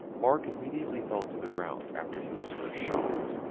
mark immediately fell to the ground after he was first shot.